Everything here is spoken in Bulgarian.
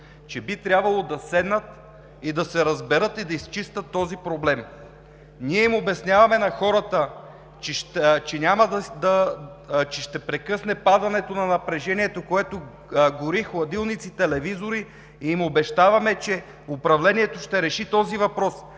също от ГЕРБ, да седнат, да се разберат и да изчистят този проблем. Ние им обясняваме на хората, че ще прекъсне падането на напрежението, което гори хладилници, телевизори и им обещаваме, че управлението ще реши този въпрос,